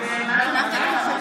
להלן התוצאות: